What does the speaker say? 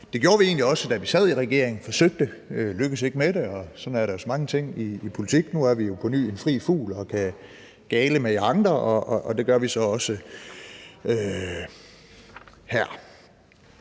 Det gjorde vi egentlig også, da vi sad i regering. Vi forsøgte, men lykkedes ikke med det, og sådan er der jo så mange ting i politik. Nu er vi jo på ny en fri fugl og kan gale med jer andre, og det gør vi så også her.